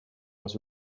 was